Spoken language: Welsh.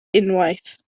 unwaith